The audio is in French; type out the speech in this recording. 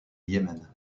yémen